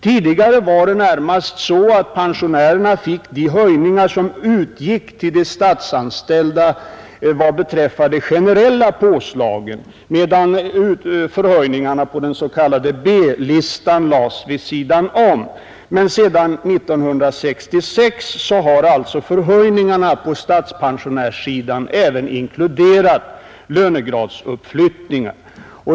Tidigare var det så att pensionärerna fick de generella höjningar som utgick till de statsanställda, medan förhöjningarna på den s.k. B-listan lades vid sidan om. Men sedan 1966 har höjningarna på statspensionärssidan även inkluderat lönegradsuppflyttningar.